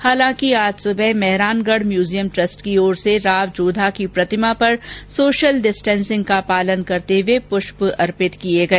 हालांकि आज सुबह मेहरानगढ म्यूजियम ट्रस्ट की ओर से राव जोधा की प्रतिमा पर सोशल डिस्टेन्सिंग का पालन करते हुए पृष्प अर्पित किए गए